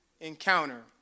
encounter